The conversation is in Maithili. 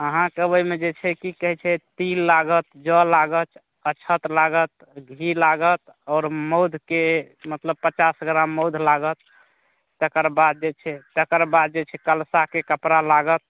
अहाँके ओहिमे जे छै कि कहै छै तिल लागत जौ लागत अक्षत लागत घी लागत आओर मधके मतलब पचास ग्राम मध लागत तकरबाद जे छै तकरबाद जे छै कलशाके कपड़ा लागत